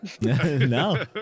No